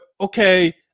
okay